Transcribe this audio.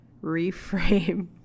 reframe